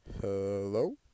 Hello